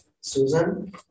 Susan